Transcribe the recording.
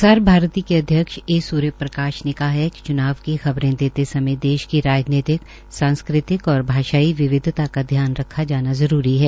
प्रसार भारत के अध्यक्ष ए सूर्य कांत प्रकाश ने कहा है कि च्नाव की खबरे देते समय देश की राजनीतिक सांस्कृतिक और भाषाई विविधता का ध्यान रखा जाना जरूरी है